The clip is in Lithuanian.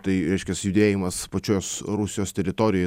tai reiškias judėjimas pačios rusijos teritorijoj